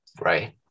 Right